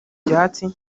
byatsi